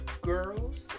girls